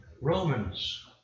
Romans